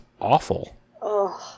awful